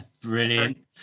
brilliant